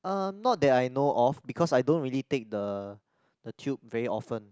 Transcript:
um not that I know of because I don't really take the the Tube very often